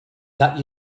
that